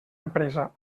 empresa